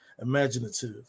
imaginative